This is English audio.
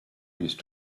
used